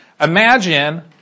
Imagine